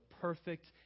perfect